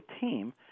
team